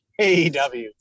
AEW